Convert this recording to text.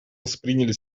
восприняли